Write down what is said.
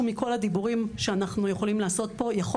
מכל הדיבורים שאנחנו יכולים לעשות פה יכול